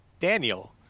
Daniel